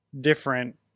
different